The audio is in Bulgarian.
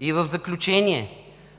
В заключение,